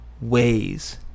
ways